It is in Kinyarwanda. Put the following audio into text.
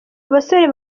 abasore